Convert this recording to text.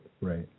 Right